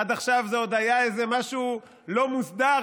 עד עכשיו זה עוד היה איזה משהו לא מוסדר,